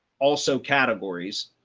also categories.